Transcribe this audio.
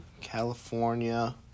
California